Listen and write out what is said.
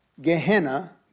Gehenna